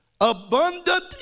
abundant